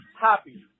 happy